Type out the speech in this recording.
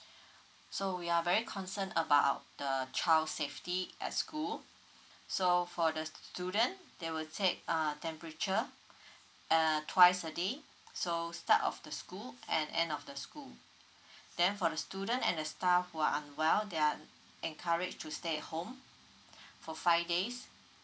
so we are very concern about the child safety at school so for the student they will take err temperature err twice a day so start off the school and end of the school then for the student and the staff who unwell they are encouraged to stay at home for five days